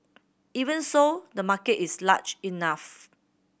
even so the market is large enough